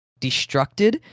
destructed